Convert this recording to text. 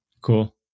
Cool